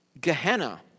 Gehenna